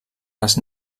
les